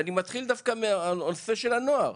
ואני מתחיל דווקא מהנושא של הנוער,